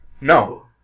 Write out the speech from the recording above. No